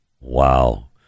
Wow